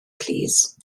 plîs